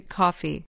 coffee